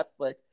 Netflix